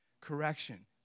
correction